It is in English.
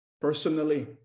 personally